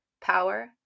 power